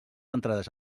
entrades